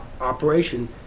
operation